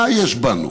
מה יש בנו?